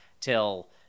till